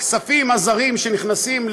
הכספים הזרים שנכנסים,